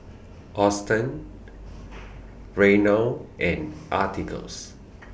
Auston Reynold and Atticus